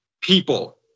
people